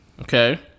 okay